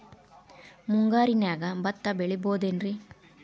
ಮುಂಗಾರಿನ್ಯಾಗ ಭತ್ತ ಬೆಳಿಬೊದೇನ್ರೇ?